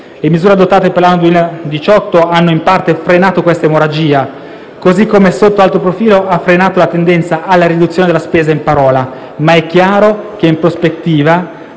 Le misure adottate per l'anno 2018 hanno in parte frenato questa emorragia, così come, sotto altro profilo, ha frenato la tendenza alla riduzione della spesa in parola; ma è chiaro che, in prospettiva,